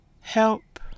Help